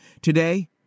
Today